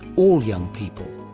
all young people,